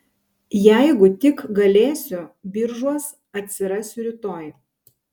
jeigu tik galėsiu biržuos atsirasiu rytoj